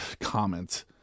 comments